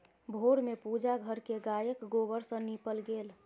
भोर में पूजा घर के गायक गोबर सॅ नीपल गेल